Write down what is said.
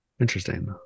interesting